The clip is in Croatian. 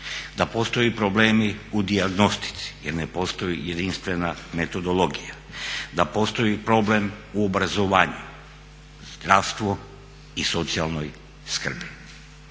Da postoje problemi u dijagnostici jer ne postoji jedinstvena metodologija. Da postoji problem u obrazovanju, zdravstvu i socijalnoj skrbi.